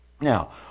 Now